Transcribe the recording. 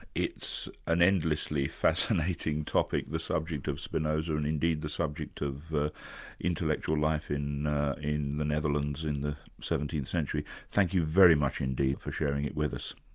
it's an endlessly fascinating topic, the subject of spinoza and indeed the subject of intellectual life in in the netherlands in the seventeenth century. thank you very much indeed for sharing it with us.